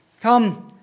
Come